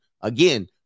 again